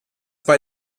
bei